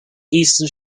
eastern